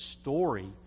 story